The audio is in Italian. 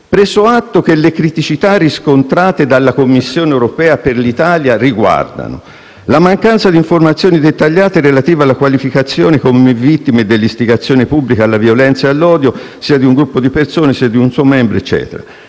«Preso atto che le criticità riscontrate dalla Commissione europea per l'Italia riguardano: la mancanza di informazioni dettagliate relative alla qualificazione come vittime dell'istigazione pubblica alla violenza o all'odio sia di un gruppo di persone sia di un suo membro (...);